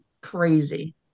Crazy